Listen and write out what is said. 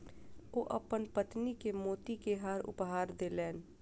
ओ अपन पत्नी के मोती के हार उपहार देलैन